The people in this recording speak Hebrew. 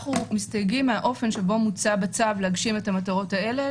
אנחנו מסתייגים מהאופן שבו מוצע בצו להגשים את המטרות האלה.